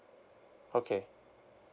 okay